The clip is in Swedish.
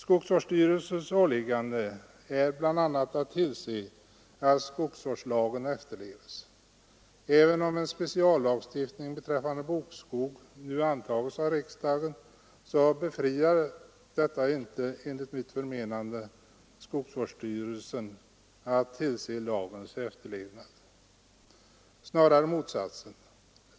Skogsvårdsstyrelsens åliggande är bl.a. att tillse att skogsvårdslagen efterlevs. Även om en speciallagstiftning beträffande bokskog nu antages av riksdagen, befriar detta enligt mitt förmenande inte skogsvårdsstyrelsen från skyldigheten att tillse att lagen efterlevs; snarare motsatsen.